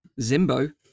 zimbo